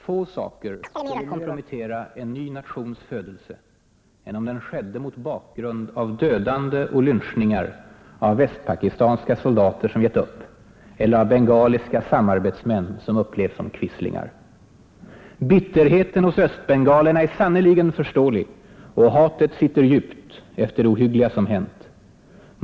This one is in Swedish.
Få saker skulle mera kompromettera en ny nations födelse än om den skedde mot bakgrund av dödande och lynchningar av västpakistanska soldater som gett upp, eller av bengaliska samarbetsmän som upplevs som quislingar. Bitterheten hos östbengalerna är sannerligen förståelig och hatet sitter djupt efter det ohyggliga som hänt.